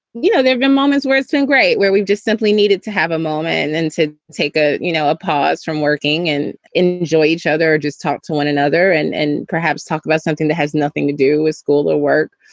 you know, there have been moments where it's been great, where we've just simply needed to have a moment and then to take ah you know a pause from working and enjoy each other, just talk to one another and and perhaps talk about something that has nothing to do with school or work.